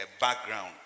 background